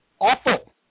awful